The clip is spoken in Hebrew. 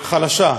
חלש.